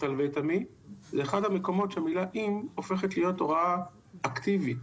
זה אחד המקומות שבהם המילה אם הופכת להיות הוראה אקטיבית,